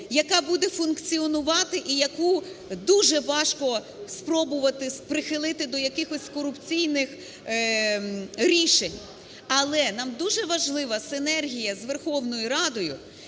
яка буде функціонувати і яку дуже важко спробувати прихилити до якихось корупційних рішень. Але нам дуже важлива синергія з Верховною Радою